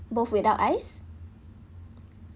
both without ice